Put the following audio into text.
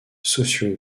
sociaux